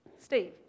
Steve